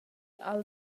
ha’l